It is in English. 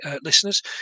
listeners